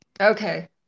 okay